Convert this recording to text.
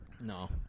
No